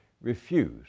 refuse